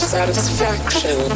Satisfaction